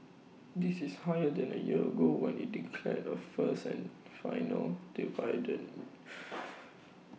this is higher than A year ago when IT declared A first and final dividend